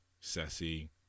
sassy